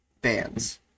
bands